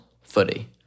footy